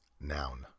Noun